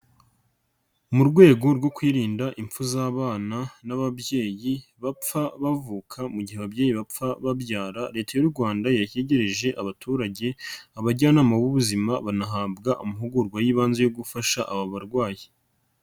Mu rwego rwo kwirinda impfu z'abana n'ababyeyi bapfa bavuka mu gihe ababyeyi bapfa babyara leta y'u Rwanda yashyikirije abaturage abajyanama b'ubuzima banahabwa amahugurwa y'ibanze yo gufasha aba barwayi.